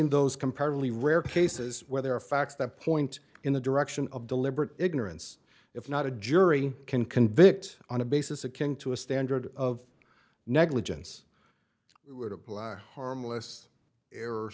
in those comparatively rare cases where there are facts that point in the direction of deliberate ignorance if not a jury can convict on a basis akin to a standard of negligence would apply are harmless error